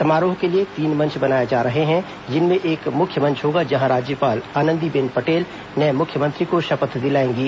समारोह के लिए तीन मंच बनाए जा रहे हैं जिनमें एक मुख्य मंच होगा जहां राज्यपाल आनंदीबेन पटेल नये मुख्यमंत्री को शपथ दिलाएंगी